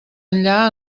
enllà